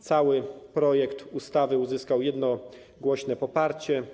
Cały projekt ustawy uzyskał jednogłośne poparcie.